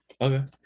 Okay